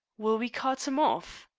will we cart him off?